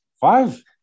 five